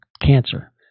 cancer